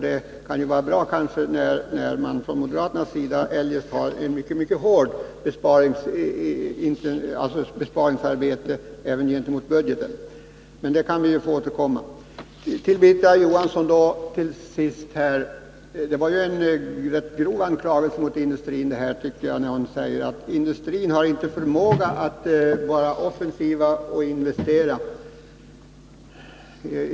Det kan kanske vara bra, eftersom man från moderaternas sida eljest driver ett mycket hårt besparingsarbete i fråga om budgeten. Men till det kan vi återkomma. Birgitta Johansson riktade en rätt grov anklagelse mot industrin när hon sade att industrin inte har förmåga att vara offensiv och att investera.